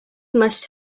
must